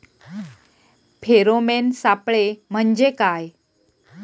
Pheromone सापळे म्हंजे काय?